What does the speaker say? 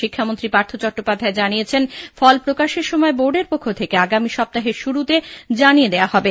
শিক্ষামন্ত্রী পার্থ চট্টোপাধ্যায় জানিয়েছেন ফল প্রকাশের সময় বোর্ডের পক্ষ থেকে আগামী সপ্তাহের শুরুতে জানিয়ে দেওয়া হবে